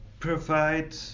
provide